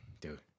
dude